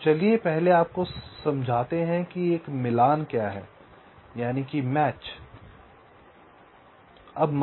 तो चलिए पहले आपको समझाते हैं कि एक मिलान क्या है तो आप परिभाषा से परिचित नहीं हैं